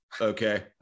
okay